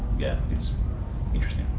yeah, it's interesting.